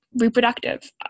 reproductive